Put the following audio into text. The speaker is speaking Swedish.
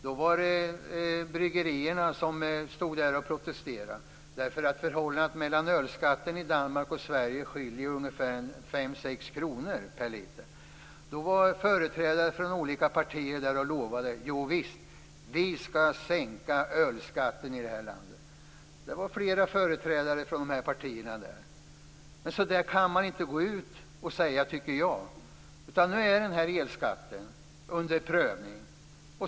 Då var de bryggerierna som protesterade därför att ölskatten i Det var företrädare för olika partier där och lovade: Javisst, vi skall sänka ölskatten i det här landet. Det var flera företrädare. Så där kan man inte gå ut och säga, tycker jag. Nu är elskatten under prövning.